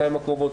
הקרובות'.